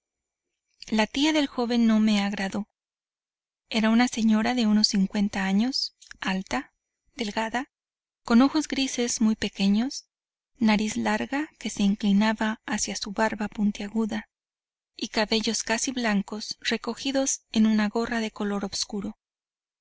la tía del joven no me agradó era una señora de unos cincuenta años alta delgada con ojos grises muy pequeños nariz larga que se inclinaba hacia su barba puntiaguda y cabellos casi blancos recogidos en una gorra de color oscuro